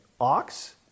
ox